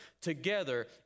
Together